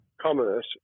commerce